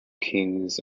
kings